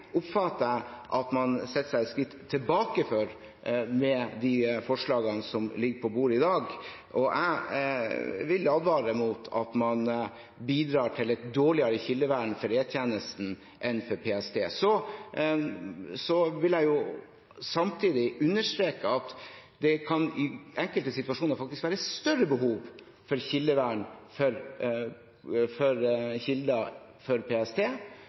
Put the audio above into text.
oppfatter det slik at man tar et skritt tilbake med de forslagene som ligger på bordet i dag, og jeg vil advare mot at man bidrar til et dårligere kildevern for E-tjenesten enn for PST. Jeg vil samtidig understreke at det i enkelte situasjoner faktisk kan være større behov for kildevern for PST enn det kan være for